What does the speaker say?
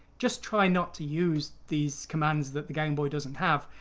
just try not to use these commands that the game boy doesn't have.